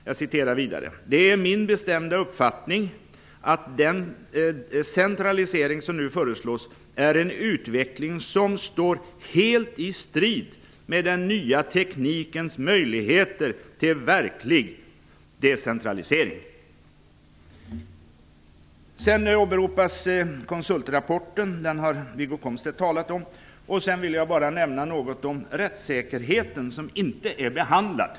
Han skriver vidare: Det är min bestämda uppfattning att den centralisering som nu föreslås är en utveckling som står helt i strid med den nya teknikens möjligheter till verklig decentralisering. Sedan åberopas konsultrapporten, som Wiggo Komstedt har talat om. Jag vill också nämna något om rättssäkerheten, som inte är behandlad.